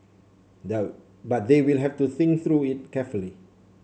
but they will have to think through it carefully